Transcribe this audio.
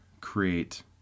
create